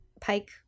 Pike